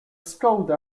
scope